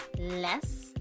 less